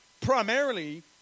primarily